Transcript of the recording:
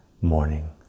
morning